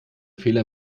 fehler